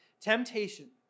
Temptation